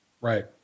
Right